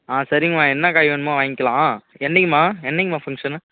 ஆ சரிங்கம்மா என்ன காய் வேணுமோ வாங்கிகிலாம் என்னைக்கும்மா என்னைக்கும்மா ஃபங்க்ஷனு